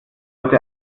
heute